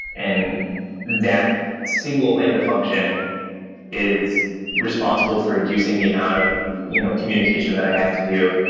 and that single lambda function is responsible for reducing the amount of you know communication that i have to do,